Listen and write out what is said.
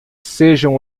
sejam